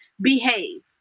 behave